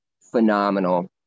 phenomenal